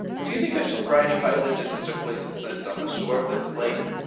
do you think i should write if i lived in such a place as this, on the shore of this lake?